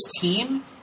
team